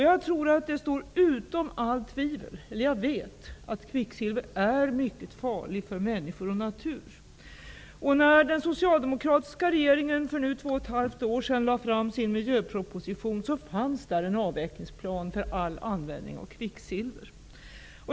Jag vet att kvicksilver är mycket farligt för människor och natur. I den miljöproposition som den socialdemokratiska regeringen lade fram för två och ett halvt år sedan fanns det en avvecklingsplan för all användning av kvicksilver.